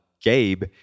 Gabe